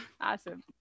Awesome